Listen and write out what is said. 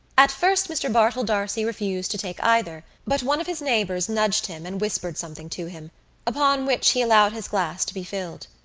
at first mr. bartell d'arcy refused to take either but one of his neighbours nudged him and whispered something to him upon which he allowed his glass to be filled.